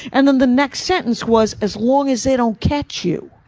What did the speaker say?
and then the next sentence was, as long as they don't catch you!